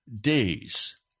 days